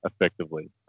effectively